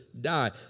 die